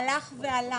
הלך ועלה.